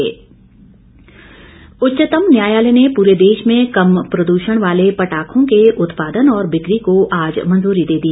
नया उच्चतम न्यायालय पटाखे उच्चतम न्यायालय ने पूरे देश में कम प्रद्षण वाले पटाखों के उत्पादन और बिक्री को आज मंजूरी दे दी